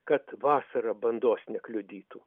kad vasarą bandos nekliudytų